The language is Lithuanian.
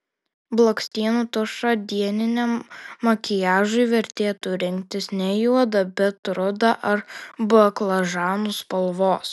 blakstienų tušą dieniniam makiažui vertėtų rinktis ne juodą bet rudą ar baklažanų spalvos